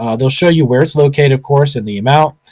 ah they'll show you where it's located, of course, and the amount.